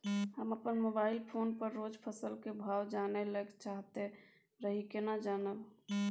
हम अपन mobile phone पर रोज फसल के भाव जानय ल चाहैत रही केना जानब?